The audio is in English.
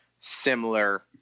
similar